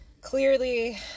clearly